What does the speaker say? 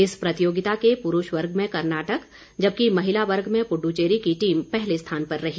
इस प्रतियोगिता के पुरूष वर्ग में कर्नाटक जबकि महिला वर्ग में पुडुचेरी की टीम पहले स्थान पर रही